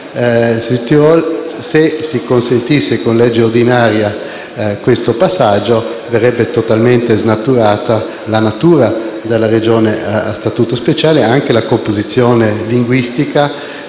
se si consentisse con legge ordinaria questo passaggio, verrebbe totalmente snaturata la natura della Regione a Statuto speciale, la composizione linguistica